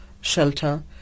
shelter